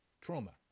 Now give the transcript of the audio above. trauma